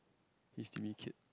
h_d_b kid